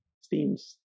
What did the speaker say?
Steam's